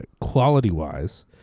Quality-wise